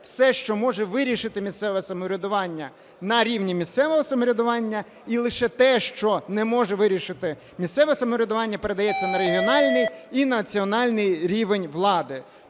все, що може вирішити місцеве самоврядування, - на рівні місцевого самоврядування; і лише те, що не може вирішити місцеве самоврядування, передається на регіональний і національний рівень влади.